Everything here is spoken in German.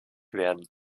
werden